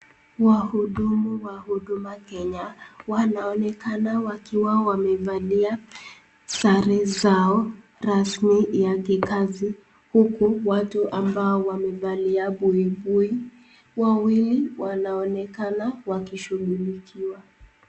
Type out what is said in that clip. Wahudumu wa Huduma Kenya wanaonekana wakiwa wamevalia sare zao rasmi ya kikazi huku watu ambao wamevalia buibui wawili wanaonekana wakishughulikiwa.